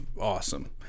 awesome